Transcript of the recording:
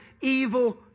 evil